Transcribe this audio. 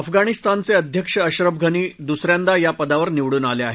अफगाणिस्तानचे अध्यक्ष अश्रफ घनी दुसऱ्यांदा या पदावर निवडून आले आहेत